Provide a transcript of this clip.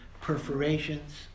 perforations